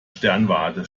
sternwarte